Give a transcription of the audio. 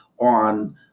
on